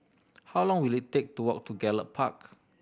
how long will it take to walk to Gallop Park